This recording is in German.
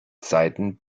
seiten